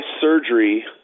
surgery